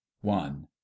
one